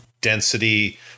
density